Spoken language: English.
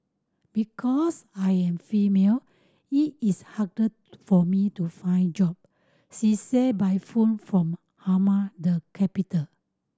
because I am female it is harder for me to find job she said by phone from Amman the capital